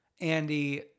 Andy